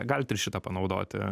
galit ir šitą panaudoti